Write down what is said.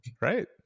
Right